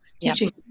teaching